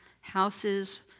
houses